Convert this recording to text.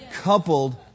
coupled